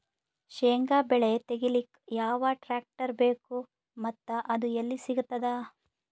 ಶೇಂಗಾ ಬೆಳೆ ತೆಗಿಲಿಕ್ ಯಾವ ಟ್ಟ್ರ್ಯಾಕ್ಟರ್ ಬೇಕು ಮತ್ತ ಅದು ಎಲ್ಲಿ ಸಿಗತದ?